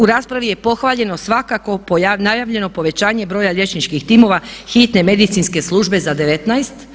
U raspravi je pohvaljeno svako najavljeno povećanje broja liječničkih timova hitne medicinske službe za 19.